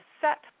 set